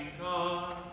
God